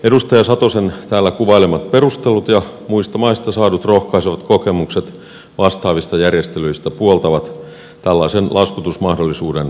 edustaja satosen täällä kuvailemat perustelut ja muista maista saadut rohkaisevat kokemukset vastaavista järjestelyistä puoltavat tällaisen laskutusmahdollisuuden myöntämistä